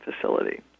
facility